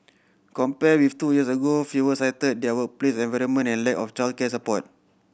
compared with two years ago fewer cited their workplace environment and lack of childcare support